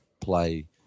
play